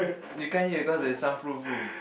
you can't hear because there is soundproof room